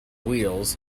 wheels